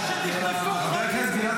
אחרי שנחטפו חיים היא עליכם.